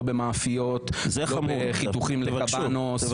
לא במאפיות ולא בחיתוכים לקבנוס.